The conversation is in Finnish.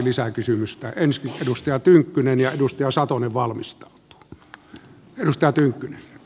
ensin edustaja tynkkynen ja edustaja satonen valmistautuu